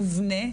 מובנה,